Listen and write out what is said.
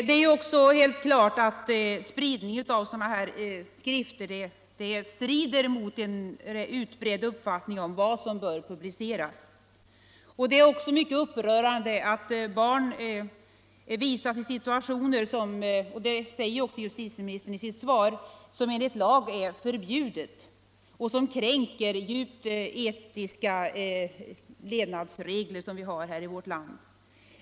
Det är helt klart att spridning av sådana här skrifter strider mot en utbredd uppfattning om vad som bör publiceras. Mycket upprörande är också att barn visas i situationer som enligt lag är förbjudna — det säger även justitieministern i sitt svar — och som djupt kränker de etiska levnadsregler som vi har här i vårt land.